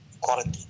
quality